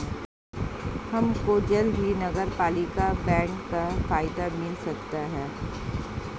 हमको जल्द ही नगरपालिका बॉन्ड का फायदा मिल सकता है